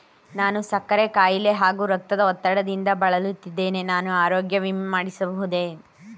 ನಾನು ಸಕ್ಕರೆ ಖಾಯಿಲೆ ಹಾಗೂ ರಕ್ತದ ಒತ್ತಡದಿಂದ ಬಳಲುತ್ತಿದ್ದೇನೆ ನಾನು ಆರೋಗ್ಯ ವಿಮೆ ಮಾಡಿಸಬಹುದೇ?